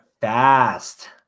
fast